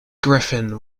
griffin